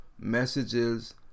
messages